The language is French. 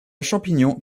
champignon